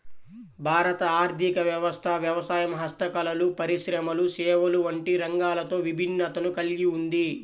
భారత ఆర్ధిక వ్యవస్థ వ్యవసాయం, హస్తకళలు, పరిశ్రమలు, సేవలు వంటి రంగాలతో విభిన్నతను కల్గి ఉంది